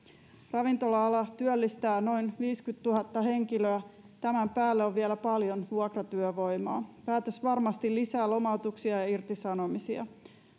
ravintola ala työllistää noin viisikymmentätuhatta henkilöä tämän päälle on vielä paljon vuokratyövoimaa päätös varmasti lisää lomautuksia ja ja irtisanomisia